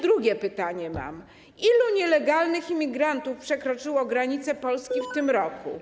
Drugie pytanie: Ilu nielegalnych imigrantów przekroczyło granicę Polski w tym roku?